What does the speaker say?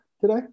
today